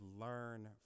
learn